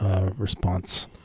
response